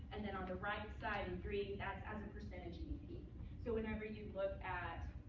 and then on the right side in green, that's as a percentage so whenever you look at